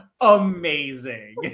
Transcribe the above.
amazing